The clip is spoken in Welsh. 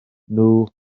nhw